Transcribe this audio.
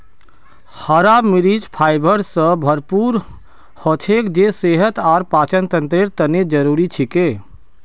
हरा मरीच फाइबर स भरपूर हछेक जे सेहत और पाचनतंत्रेर तने जरुरी छिके